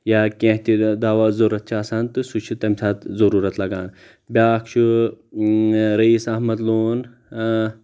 یا کینٛہہ تہِ دوا ضرورت چھُ آسان تہٕ سُہ چھُ سمہِ ساتہٕ ضرورت لگان بیاکھ چھُ رٔیٖس احمد لون اں